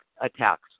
attacks